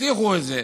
הבטיחו את זה,